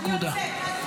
נקודה.